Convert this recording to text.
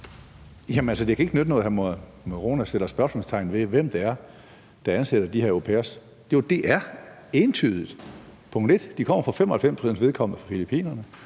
(SF): Altså, det kan ikke nytte noget, at hr. Mohammad Rona sætter spørgsmålstegn ved, hvem det er, der ansætter de her au pairer. Det er entydigt. Punkt 1: De kommer for 95 pct.s vedkommende fra Filippinerne.